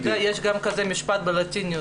יש גם כזה משפט בלטינית.